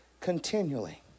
continually